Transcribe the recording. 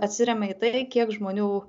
atsiremia į tai kiek žmonių